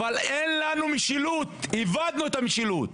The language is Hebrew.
אבל אין לנו משילות, איבדנו את המשילות.